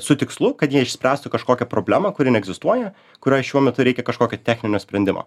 su tikslu kad jie išspręstų kažkokią problemą kuri neegzistuoja kurioj šiuo metu reikia kažkokio techninio sprendimo